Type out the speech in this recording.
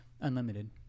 Unlimited